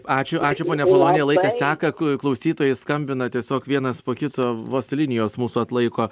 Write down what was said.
ačiū ačiū ponia apolonija laikas teka klausytojai skambina tiesiog vienas po kito vos linijos mūsų atlaiko